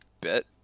bit